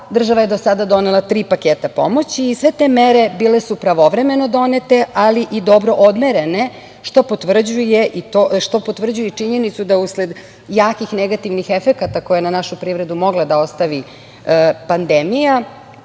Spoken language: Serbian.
je do sada donela tri paketa pomoći i sve te mere bile su pravovremeno donete, ali i odmerene, što potvrđuje i činjenicu da usled jakih negativnih efekata koje je na našu privredu mogla da ostavi pandemija,